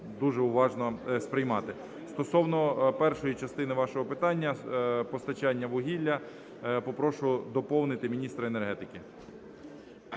дуже уважно сприймати. Стосовно першої частини вашого питання - постачання вугілля, попрошу доповнити міністра енергетики.